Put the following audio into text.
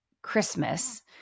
Christmas